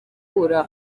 gukura